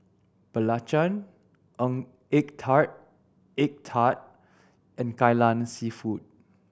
belacan ng egg tart egg tart and Kai Lan Seafood